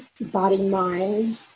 body-mind